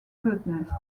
goddess